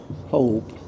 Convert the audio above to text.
hope